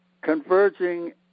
converging